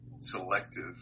selective